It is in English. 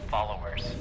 Followers